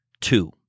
two